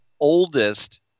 oldest